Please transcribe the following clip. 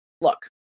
look